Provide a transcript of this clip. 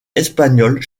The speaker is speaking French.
espagnoles